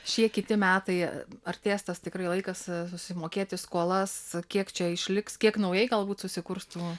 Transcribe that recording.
šie kiti metai artės tas tikrai laikas susimokėti skolas kiek čia išliks kiek naujai galbūt susikurs tų